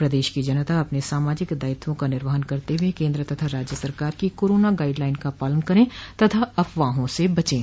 प्रदेश की जनता अपने सामाजिक दायित्वों का निर्वहन करते हुए केन्द्र तथा राज्य सरकार की कोरोना गाइडलाइन का पालन करें तथा अफवाहों से बचें